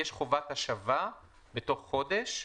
יש חובת השבה בתוך חודש.